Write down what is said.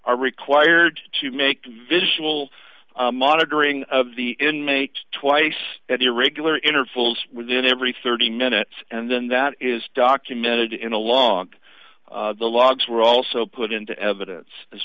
are required to make visual monitoring of the inmates twice at irregular intervals within every thirty minutes and then that is documented in along the logs were also put into evidence as